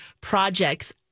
projects